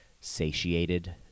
satiated